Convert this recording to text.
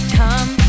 come